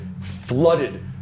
flooded